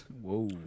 Whoa